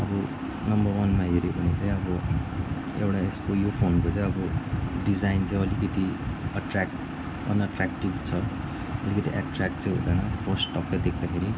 अब नम्बर वानमा हेऱ्यो भने चाहिँ अब एउटा यसको यो फोनको चाहिँ अब डिजाइन चाहिँ अलिकति अट्र्याक्ट अनअट्रयाक्टिभ छ अलिकति अट्र्याक्ट चाहिँ हुँदैन फर्स्ट टक्कै देख्दाखेरि